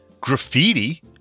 graffiti